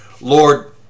Lord